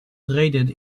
traded